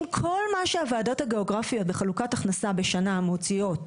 עם כל מה שהוועדות הגיאוגרפיות בחלוקת הכנסה מוציאות,